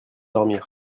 dormir